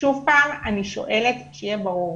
שוב פעם אני שואלת, שיהיה ברור.